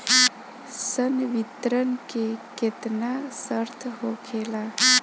संवितरण के केतना शर्त होखेला?